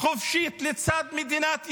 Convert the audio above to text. וחופשית לצד מדינת ישראל,